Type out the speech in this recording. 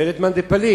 לית מאן דפליג.